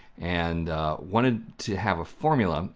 and wanted to have a formula.